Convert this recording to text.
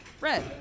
Red